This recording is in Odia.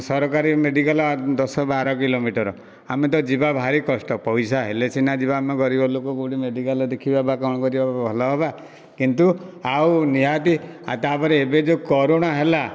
ସରକାରୀ ମେଡ଼ିକାଲ ଦଶ ବାର କିଲୋମିଟର ଆମେ ତ ଯିବା ଭାରି କଷ୍ଟ ପଇସା ହେଲେ ସିନା ଯିବା ଆମେ ଗରିବଲୋକ କେଉଁଠି ମେଡ଼ିକାଲ ଦେଖିବା ବା କ'ଣ କରିବା ଭଲ ହେବା କିନ୍ତୁ ଆଉ ନିହାତି ଆଉ ତାପରେ ଏବେ ଯେଉଁ କରୋନା ହେଲା